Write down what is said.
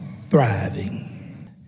thriving